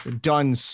done